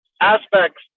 aspects